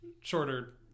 Shorter